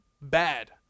bad